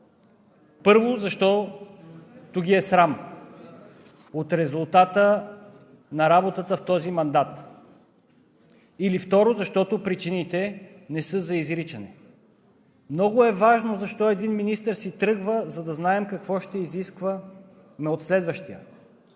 първо, защото ги е срам от резултата на работата в този мандат, или, второ, защото причините не са за изричане. Много е важно защо един министър си тръгва, за да знаем какво ще изискваме от следващия.